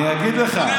לא, אני אגיד לך.